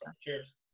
Cheers